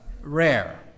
rare